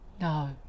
No